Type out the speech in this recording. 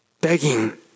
begging